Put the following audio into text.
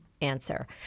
answer